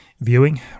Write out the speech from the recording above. Viewing